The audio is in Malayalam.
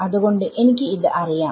അത് കൊണ്ട് എനിക്ക് ഇത് അറിയാം